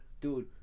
Dude